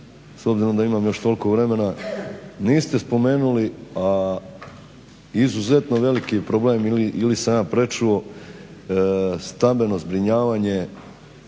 S obzirom da imam još toliko vremena. Niste spomenuli, a izuzetno veliki problem ili sam ja prečuo, stambeno zbrinjavanje